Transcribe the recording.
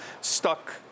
stuck